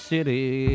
City